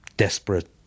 desperate